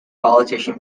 politician